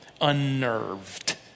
unnerved